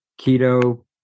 keto